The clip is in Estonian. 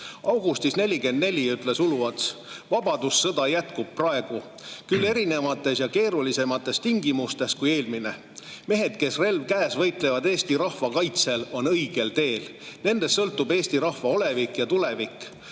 Augustis 1944 ütles Uluots, et vabadussõda jätkub, küll erinevates ja keerulisemates tingimustes kui eelmine, ning et mehed, kes, relv käes, võitlevad Eesti rahva kaitsel, on õigel teel, nendest sõltub Eesti rahva olevik ja tulevik,